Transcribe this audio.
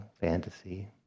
fantasy